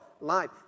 life